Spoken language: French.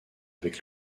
avec